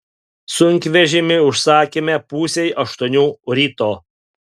sunkvežimį užsakėme pusei aštuonių ryto